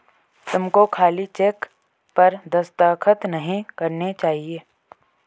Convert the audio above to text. तुमको खाली चेक पर दस्तखत नहीं करने चाहिए